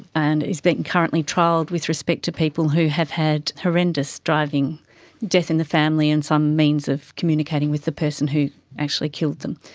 and it's being currently trialled with respect to people who have had horrendous driving death in the family and some means of communicating with the person who actually killed them.